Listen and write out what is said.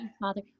father